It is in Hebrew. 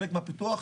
חלק מהפיתוח,